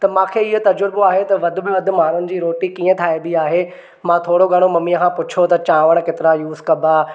त मूंखे इहो तजुर्बो आहे त वध में वधि माण्हुनि जी रोटी कीअं ठाहिबी आहे मां थोरो घणो मम्मीअ खां पूछियो त चांवर केतिरा यूस कबा